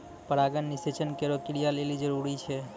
परागण निषेचन केरो क्रिया लेलि जरूरी छै